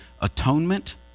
atonement